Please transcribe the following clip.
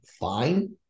fine